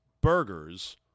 burgers